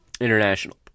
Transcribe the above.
international